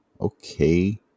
Okay